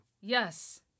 Yes